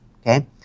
okay